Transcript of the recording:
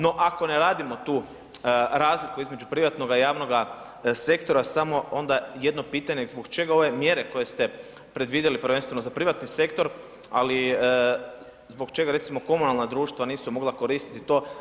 No ako ne radimo tu razliku između privatnoga i javnoga sektora samo onda jedno pitanje, zbog čega ove mjere koje ste predvidjeli, prvenstveno za ovaj privatni sektor, ali zbog čega recimo komunalna društva nisu mogla koristiti to?